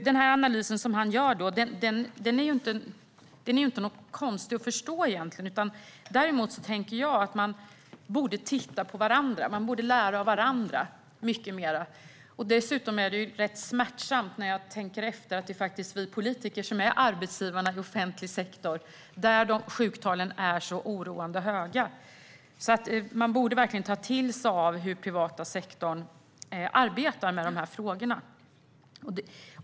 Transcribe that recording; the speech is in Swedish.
Den analys han gör är egentligen inte svår att förstå. Däremot tänker jag att man borde titta på varandra och mycket mer lära av varandra. Dessutom är det när jag tänker efter rätt smärtsamt att det faktiskt är vi politiker som är arbetsgivarna i offentlig sektor, där sjuktalen är så oroande höga. Man borde alltså ta till sig hur den privata sektorn arbetar med dessa frågor.